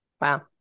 Wow